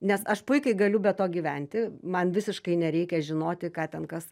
nes aš puikiai galiu be to gyventi man visiškai nereikia žinoti ką ten kas